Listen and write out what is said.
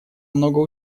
много